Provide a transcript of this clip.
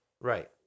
Right